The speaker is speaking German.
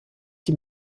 die